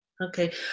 Okay